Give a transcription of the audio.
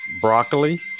broccoli